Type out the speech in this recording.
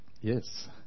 yes